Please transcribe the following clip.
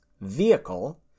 vehicle